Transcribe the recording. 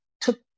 took